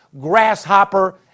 grasshopper